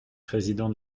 président